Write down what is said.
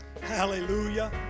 Hallelujah